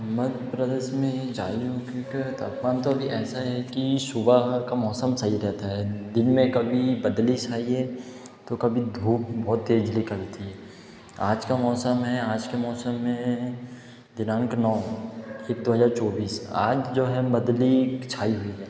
मध्य प्रदेश में जलवायु की के तापमान तो अभी ऐसा है कि सुबह का मौसम सही रहता है दिन में कभी बदली छाई है तो कभी धूप बहुत तेज़ निकलती है आज का मौसम है आज के मौसम में दिनांक नौ एक दो हज़ार चौबीस आज जो है मदली छाई हुई है